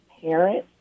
parents